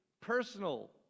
personal